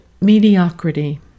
mediocrity